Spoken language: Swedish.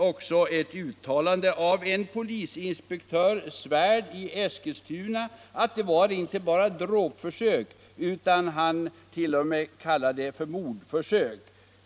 finns ett uttalande från en polisinspektör Svärd i Eskilstuna om att det inte bara var fråga om dråpförsök utan 1.0. m. gällde mordförsök.